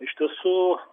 iš tiesų